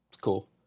cool